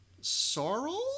sorrel